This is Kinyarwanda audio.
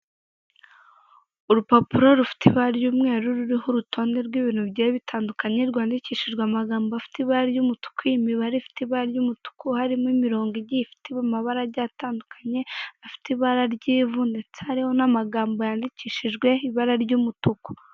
Urupapuro rufite ibara ry'umweru, ruriho urutonde rwibintu bigiye bitandukanye, rwandikishijwe amagambo afite ibara ry'umutuku, imibare ifite ibara ry'umutuku, harimo imirongo igiye ifite amabara agiye atandukanye afite ibara ry'ivu ndetse ariho n'amagambo yandikishijwe ibara ry'umutuku.